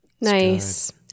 Nice